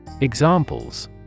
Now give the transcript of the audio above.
Examples